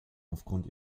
aufgrund